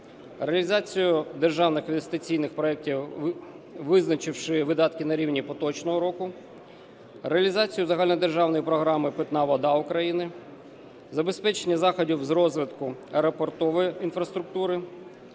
організацію державних інвестиційних проектів, визначивши видатки на рівні поточного року; реалізацію Загальнодержавної програми "Питна вода України"; забезпечення заходів з розвитку аеропортової інфраструктури;